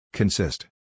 Consist